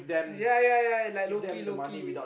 ya ya ya like low key low key